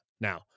now